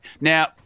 Now